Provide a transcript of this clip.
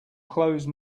close